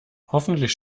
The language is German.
hoffentlich